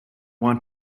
want